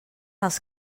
els